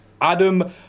Adam